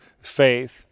faith